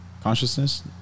Consciousness